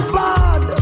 bad